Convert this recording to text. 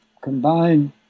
combine